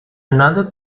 another